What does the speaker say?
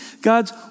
God's